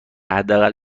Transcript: حداقل